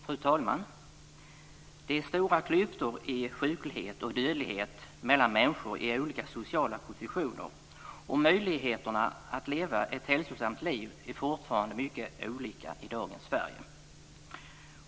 Fru talman! Det är stora klyftor i sjuklighet och dödlighet mellan människor i olika sociala positioner, och möjligheterna att leva ett hälsosamt liv är fortfarande mycket olika i dagens Sverige.